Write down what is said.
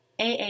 AA